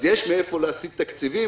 אז יש מאיפה להציג תקציבים,